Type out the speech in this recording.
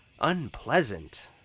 unpleasant